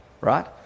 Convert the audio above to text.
right